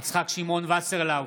יצחק שמעון וסרלאוף,